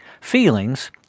Feelings